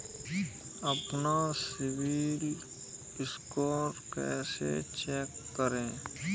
अपना CIBIL score कैसे check करें?